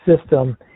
system